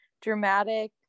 dramatic